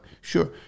Sure